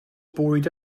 bwyd